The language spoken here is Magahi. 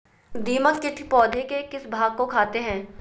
दीमक किट पौधे के किस भाग को खाते हैं?